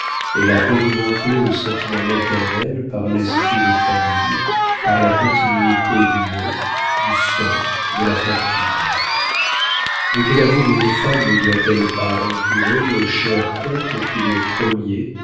elle a augmenté le sentiment maternel par l'esprit de famille par la continuité du nom du sang de la fortune de quel amour une femme ne doit-elle pas entourer le cher être qui le premier